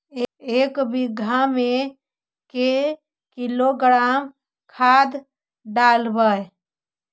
एक बीघा मे के किलोग्राम खाद हमनि डालबाय?